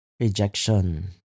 Rejection